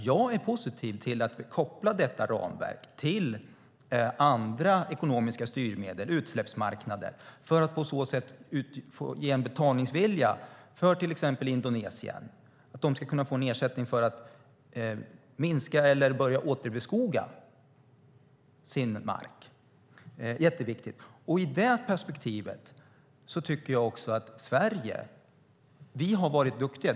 Jag är positiv till att vi kopplar detta ramverk till andra ekonomiska styrmedel och utsläppsmarknader för att på så sätt ge en betalningsvilja för till exempel Indonesien, så att de ska kunna få en ersättning för att börja återbeskoga sin mark. Det är jätteviktigt. I det perspektivet tycker jag att vi i Sverige har varit duktiga.